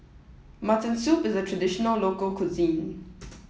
Mutton Soup is the traditional local cuisine